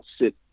sit